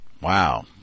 Wow